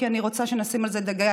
כי אני רוצה שנשים על זה דגש.